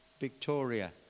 Victoria